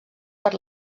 per